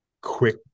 quick